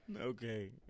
Okay